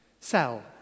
Sell